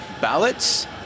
ballots